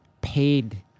paid